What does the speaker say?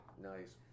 Nice